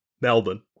Melbourne